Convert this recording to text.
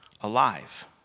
alive